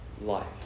life